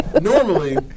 normally